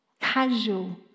casual